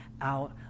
out